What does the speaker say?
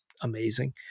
amazing